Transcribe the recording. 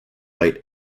light